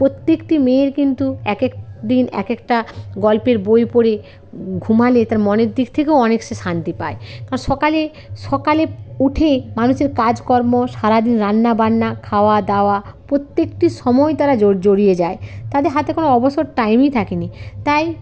প্রত্যেকটি মেয়ের কিন্তু এক এক দিন এক একটা গল্পের বই পড়ে ঘুমালে কিন্তু তার মনের দিক থেকেও অনেক সে শান্তি পায় কারণ সকালে সকালে উঠেই মানুষের কাজকর্ম সারা দিন রান্না বান্না খাওয়া দাওয়া প্রত্যেকটি সময় তারা জর্জরিয়ে যায় তাদের হাতে কোনো অবসর টাইমই থাকে নি তাই